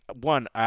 one